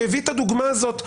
והביא את הדוגמה הזאת פרופ'